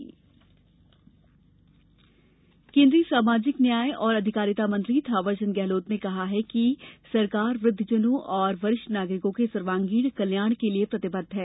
वृद्धजन कल्याण केन्द्रीय सामाजिक न्याय और अधिकारिता मंत्री थावर चन्द गहलोत ने कहा है कि सरकार वृद्वजनों और वरिष्ठि नागरिकों के सर्वागीण कल्याण के लिए प्रतिबद्ध है